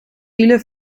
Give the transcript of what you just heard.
file